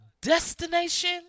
destination